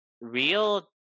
real